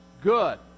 good